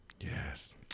Yes